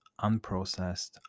unprocessed